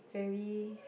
very